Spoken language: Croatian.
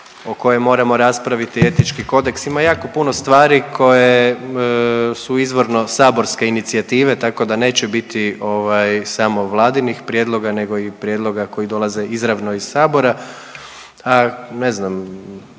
o kojem moramo raspraviti, etički kodeks, ima jako puno stvari koje su izvorno saborske inicijative tako da neće biti ovaj samo vladinih prijedloga nego i prijedloga koji dolaze izravno iz sabora, a ne znam